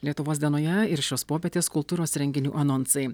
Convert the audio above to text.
lietuvos dienoje ir šios popietės kultūros renginių anonsai